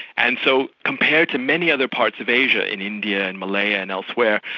and so compared to many other parts of asia and india and malaya and elsewhere,